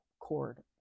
cord